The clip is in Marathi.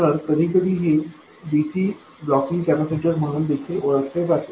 तर कधीकधी हे dc ब्लॉकिंग कॅपेसिटर म्हणून देखील ओळखले जाते